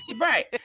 right